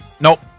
Nope